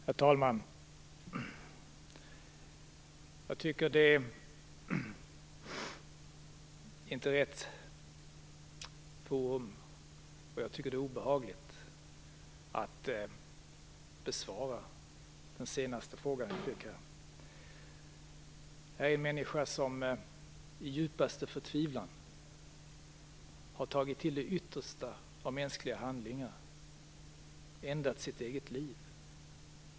Herr talman! Jag tycker inte att det är rätt forum, och jag tycker att det är obehagligt att besvara den senaste frågan jag fick. Här är en människa som i djupaste förtvivlan har tagit till det yttersta av mänskliga handlingar och ändat sitt eget liv.